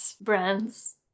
brands